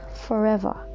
forever